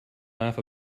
laugh